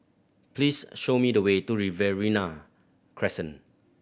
please show me the way to Riverina Crescent